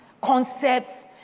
concepts